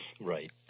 Right